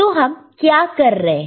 तो हम क्या कर रहे हैं